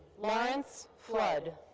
lawrence flood.